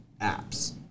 apps